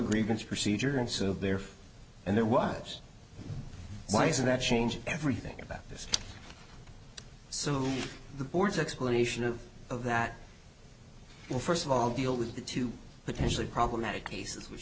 grievance procedure and so therefore and there was why isn't that changed everything about this so the board's explanation of of that will first of all deal with the two potentially problematic cases which